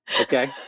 Okay